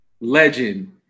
legend